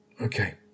Okay